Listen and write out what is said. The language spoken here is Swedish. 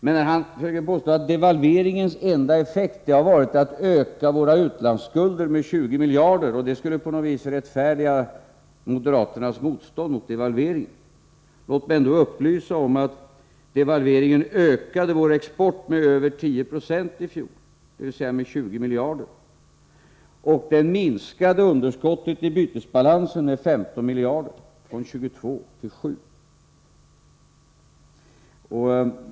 Men när Lars Tobisson försöker påstå att devalveringens enda effekt har varit att våra utlandsskulder ökat med 20 miljarder — och det skulle på något vis rättfärdiga moderaternas motstånd mot devalveringen — vill jag ändå upplysa om att devalveringen ökade vår export med över 10 90, dvs. med 20 miljarder, i fjol. Den minskade underskottet i bytesbalansen med 15 miljarder — från 22 till 7 miljarder.